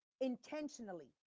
intentionally